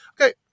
Okay